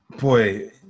boy